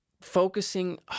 focusing